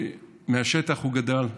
מהשטח הוא גדל,